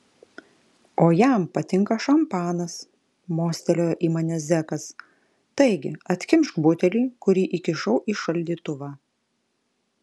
o jam patinka šampanas mostelėjo į mane zekas taigi atkimšk butelį kurį įkišau į šaldytuvą